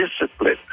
discipline